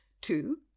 Two